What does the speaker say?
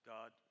God